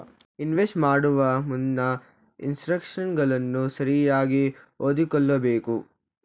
invest ಮಾಡುವ ಮುನ್ನ ಇನ್ಸ್ಟ್ರಕ್ಷನ್ಗಳನ್ನು ಸರಿಯಾಗಿ ಓದಿಕೊಳ್ಳಬೇಕು